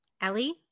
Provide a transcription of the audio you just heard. Ellie